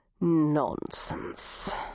nonsense